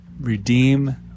redeem